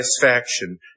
satisfaction